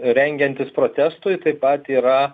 rengiantis protestui taip pat yra